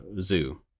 zoo